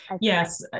yes